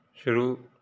शुरू